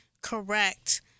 correct